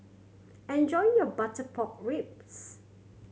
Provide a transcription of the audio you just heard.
enjoy your butter pork ribs